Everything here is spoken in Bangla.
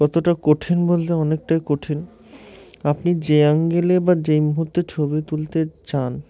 কতটা কঠিন বলতে অনেকটাই কঠিন আপনি যে অ্যাঙ্গেলে বা যেই মুহূর্তে ছবি তুলতে চান